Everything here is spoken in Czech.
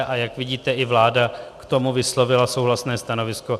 A jak vidíte, i vláda k tomu vyslovila souhlasné stanovisko.